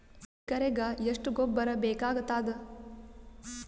ಎಕರೆಗ ಎಷ್ಟು ಗೊಬ್ಬರ ಬೇಕಾಗತಾದ?